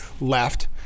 left